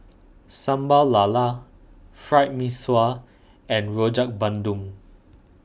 Sambal Lala Fried Mee Sua and Rojak Bandung